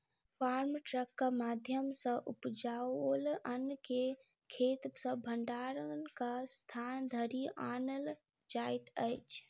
farm ट्रकक माध्यम सॅ उपजाओल अन्न के खेत सॅ भंडारणक स्थान धरि आनल जाइत अछि